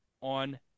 on